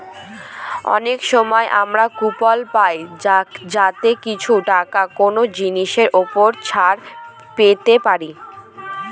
অনেক সময় আমরা কুপন পাই যাতে কিছু টাকা কোনো জিনিসের ওপর ছাড় পেতে পারি